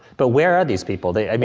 but where are these people, they, i mean